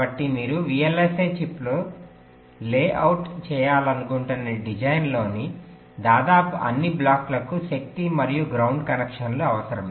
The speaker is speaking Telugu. కాబట్టి మీరు VLSI చిప్లో లేఅవుట్ చేయాలనుకుంటున్న డిజైన్లోని దాదాపు అన్ని బ్లాక్లకు శక్తి మరియు గ్రౌండ్ కనెక్షన్లు అవసరం